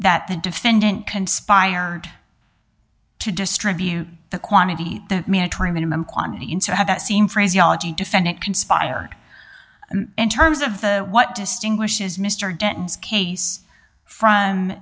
that the defendant conspired to distribute the quantity the mantra minimum quantity in so have that seem phraseology defendant conspired in terms of the what distinguishes mr denton's case from